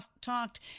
talked